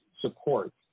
support